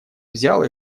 взял